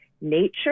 Nature